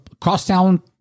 Crosstown